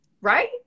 right